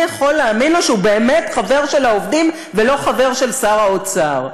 מי יכול להאמין לו שהוא באמת חבר של העובדים ולא חבר של שר האוצר,